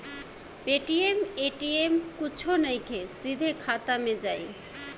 Paytm ATM कुछो नइखे, सीधे खाता मे जाई